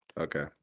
Okay